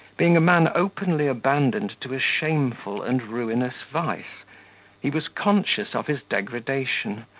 being a man openly abandoned to a shameful and ruinous vice he was conscious of his degradation,